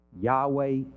Yahweh